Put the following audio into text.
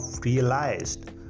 realized